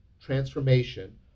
transformation